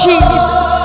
Jesus